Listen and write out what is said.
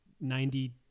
ninety